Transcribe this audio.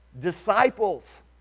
disciples